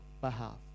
behalf